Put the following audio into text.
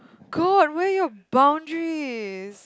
god where your boundaries